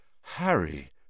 Harry